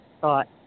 thought